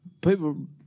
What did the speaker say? people